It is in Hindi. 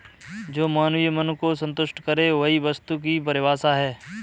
जो मानवीय मन को सन्तुष्ट करे वही वस्तु की परिभाषा है